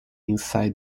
inside